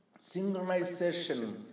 synchronization